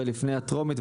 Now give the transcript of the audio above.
ולפני הטרומית.